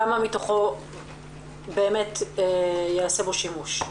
כמה מתוכו באמת ייעשה בו שימוש.